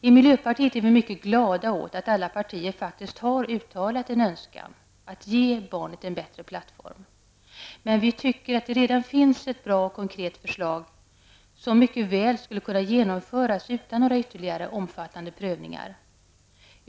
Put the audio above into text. I miljöpartiet är vi mycket glada åt att alla partier faktiskt har uttalat en önskan att ge barnet en bättre plattform, men vi tycker att det redan finns ett bra och konkret förslag, som mycket väl skulle kunna genomföras utan ytterligare omfattande prövningar.